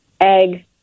egg